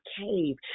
cave